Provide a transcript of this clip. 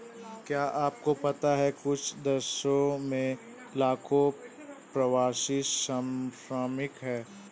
क्या आपको पता है कुछ देशों में लाखों प्रवासी श्रमिक हैं?